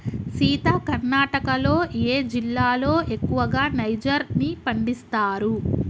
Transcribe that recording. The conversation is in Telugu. సీత కర్ణాటకలో ఏ జిల్లాలో ఎక్కువగా నైజర్ ని పండిస్తారు